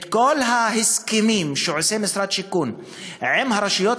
כל ההסכמים שעושה משרד השיכון עם הרשויות